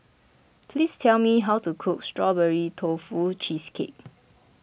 please tell me how to cook Strawberry Tofu Cheesecake